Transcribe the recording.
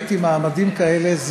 ראיתי מעמדים כאלה.